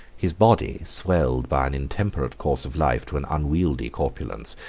his body, swelled by an intemperate course of life to an unwieldy corpulence,